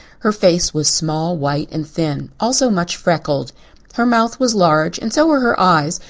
her face was small, white and thin, also much freckled her mouth was large and so were her eyes,